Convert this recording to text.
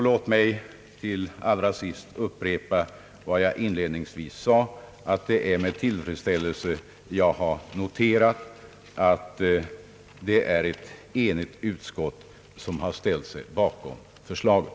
Låt mig allra sist, herr talman, få upprepa vad jag inledningsvis sade, nämligen att det är med tillfredsställelse jag har noterat att ett enigt utskott har ställt sig bakom förslaget.